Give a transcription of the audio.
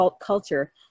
culture